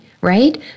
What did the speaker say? right